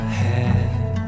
head